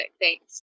Thanks